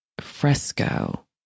fresco